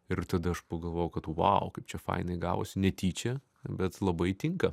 ir tada aš pagalvojau kad vau kaip čia fainai gavosi netyčia bet labai tinka